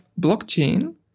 blockchain